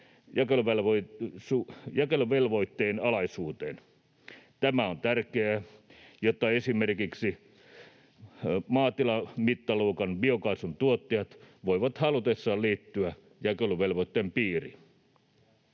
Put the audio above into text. jakeluvelvoitteen alaisuuteen. Tämä on tärkeää, jotta esimerkiksi maatilamittaluokan biokaasun tuottajat voivat halutessaan liittyä jakeluvelvoitteen piiriin.